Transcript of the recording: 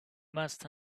must